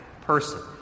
person